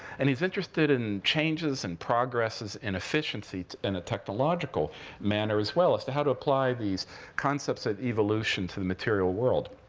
and he's interested in changes and progresses in efficiency, in a technological manner, as well, as to how to apply these concepts of evolution to the material world.